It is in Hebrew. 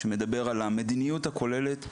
שמדבר על המדיניות הכוללת,